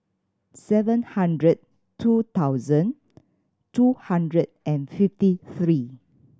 seven hundred two thousand two hundred and fifty three